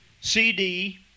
CD